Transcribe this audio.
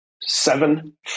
seven